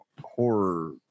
horror